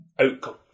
outcome